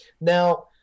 Now